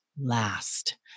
last